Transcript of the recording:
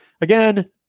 again